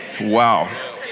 wow